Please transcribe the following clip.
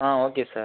ah okay sir